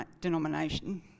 denomination